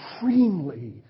supremely